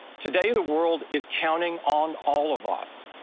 today the world is counting on all of us,